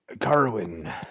Carwin